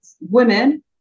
women